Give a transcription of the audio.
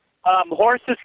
Horses